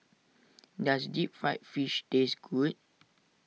does Deep Fried Fish taste good